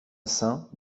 saint